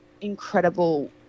incredible